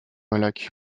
molac